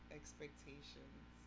expectations